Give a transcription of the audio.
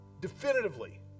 definitively